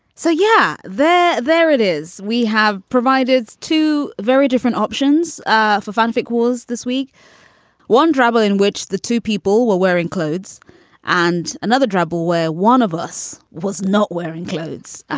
so, yeah, there there it is. we have provided two very different options ah for fanfic was this week one drabble in which the two people were wearing clothes and another drabble where one of us was not wearing clothes. ah